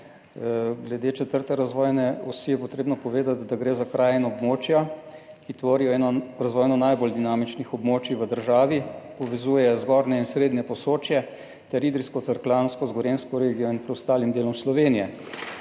Glede 4. razvojne osi je potrebno povedati, da gre za kraje in območja, ki tvorijo eno razvojno najbolj dinamičnih območij v državi, povezuje zgornje in srednje Posočje ter Idrijsko-Cerkljansko z gorenjsko regijo in preostalim delom Slovenije.